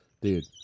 Dude